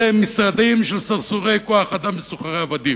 ולא משרדים של סרסורי כוח-אדם וסוחרי עבדים.